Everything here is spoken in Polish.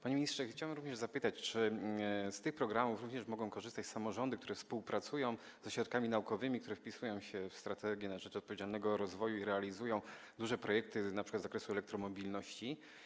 Panie ministrze, chciałbym również zapytać, czy z tych programów mogą korzystać także samorządy, które współpracują z ośrodkami naukowymi, wpisują się w „Strategię na rzecz odpowiedzialnego rozwoju” i realizują duże projekty, np. z zakresu elektromobilności.